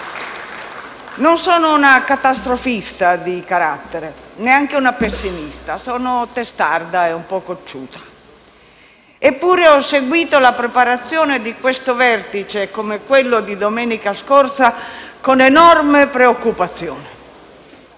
Non sono una catastrofista di carattere e neanche una pessimista; sono testarda e un po' cocciuta. Eppure ho seguito la preparazione di questo vertice, come di quello di domenica scorsa, con enorme preoccupazione.